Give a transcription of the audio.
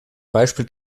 beispiele